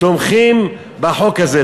תומכים בחוק הזה.